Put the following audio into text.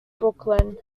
brooklyn